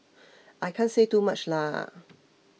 I can't say too much lah